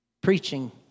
Preaching